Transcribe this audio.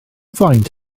faint